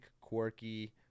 quirky